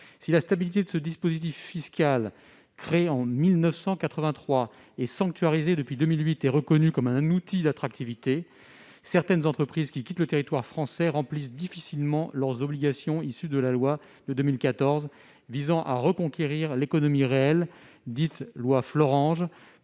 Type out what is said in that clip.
Si la stabilité de ce dispositif fiscal, créé en 1983 et sanctuarisé depuis 2008, est reconnue comme un outil d'attractivité, certaines entreprises qui quittent le territoire français remplissent difficilement leurs obligations issues de la loi du 29 mars 2014 visant à reconquérir l'économie réelle, dite « loi Florange